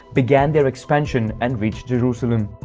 began their expansion and reached jerusalem.